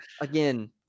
again